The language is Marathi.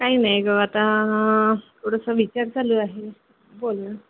काही नाही गं आता थोडंसं विचार चालू आहे बोल ना